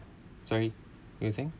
sorry you saying